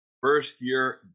first-year